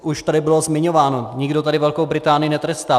Už tady bylo zmiňováno, nikdo tady Velkou Británii netrestá.